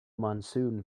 monsoon